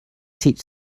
teach